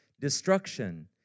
destruction